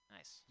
Nice